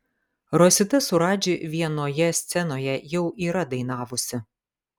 rosita su radži vienoje scenoje jau yra dainavusi